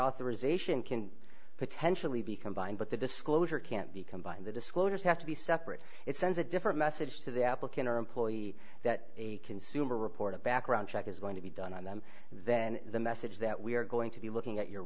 authorization can potentially be combined but the disclosure can't be combined the disclosures have to be separate it sends a different message to the applicant or employee that a consumer report a background check is going to be done on them then the message that we are going to be looking at your